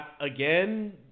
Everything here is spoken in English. Again